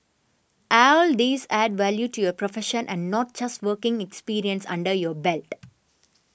all these add value to your profession and not just working experience under your belt